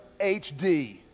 HD